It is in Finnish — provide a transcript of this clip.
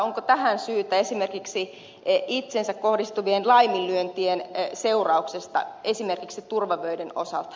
onko tähän syytä esimerkiksi itseensä kohdistuvien laiminlyöntien kohdalla esimerkiksi turvavöiden osalta